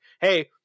hey